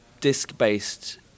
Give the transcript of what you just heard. disc-based